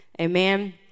Amen